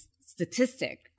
statistic